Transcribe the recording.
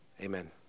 Amen